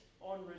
on